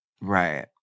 right